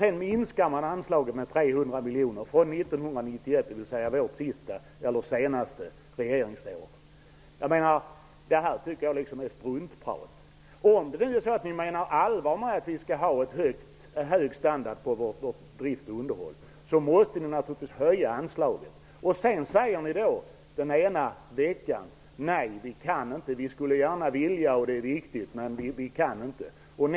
Men anslaget har minskats med 300 miljoner kronor sedan 1991 -- vårt senaste regeringsår. Detta är struntprat. Om ni menar allvar med att det skall vara hög standard på drift och underhåll, måste ni naturligtvis höja anslaget. Men den ena veckan säger ni att det inte går men att ni gärna skulle vilja.